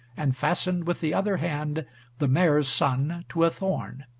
and fastened with the other hand the mare's son to a thorn.